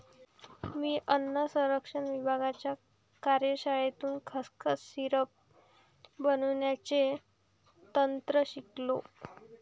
मी अन्न संरक्षण विभागाच्या कार्यशाळेतून खसखस सिरप बनवण्याचे तंत्र शिकलो